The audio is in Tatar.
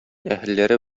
әһелләре